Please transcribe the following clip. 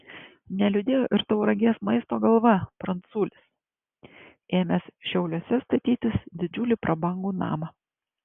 neliūdėjo ir tauragės maisto galva pranculis ėmęs šiauliuose statytis didžiulį prabangų namą